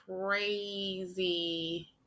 crazy